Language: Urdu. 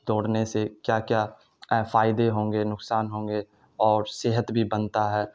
دوڑنے سے کیا کیا فائدے ہوں گے نقصان ہوں گے اور صحت بھی بنتا ہے